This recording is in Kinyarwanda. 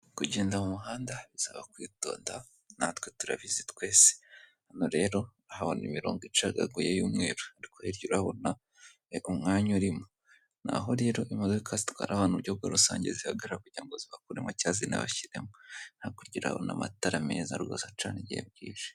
Kugenda mu muhanda bisaba kwitoda natwe turabizi twese hano rero urahabona imirongo icagaguye y'umweru hirya urahabona umwanya urimo naho rero imodoka zitwara ahantu uburyo bwa rusange zihagarara kugira ngo zibakuremo cyangwa zinabashyiremo hakurya urahabona amatara meza rwose acana igihe bwije.